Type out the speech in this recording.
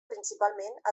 principalment